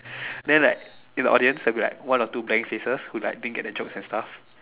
then like in the audience there will be like one or two blank faces who didn't get the jokes and stuff